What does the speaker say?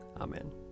Amen